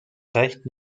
recht